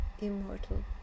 immortal